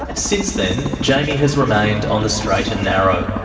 since then, jamy has remained on the straight and narrow.